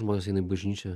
žmonės eina į bažnyčią